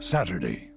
Saturday